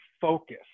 focus